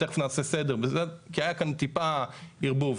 תכף נעשה סדר, כי היה כאן טיפה ערבוב.